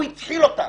הוא התחיל אותן,